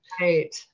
right